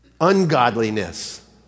ungodliness